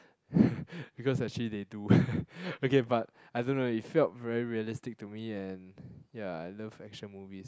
because actually they do okay but I don't know it felt very realistic to me and ya I love action movie